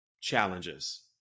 challenges